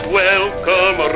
welcome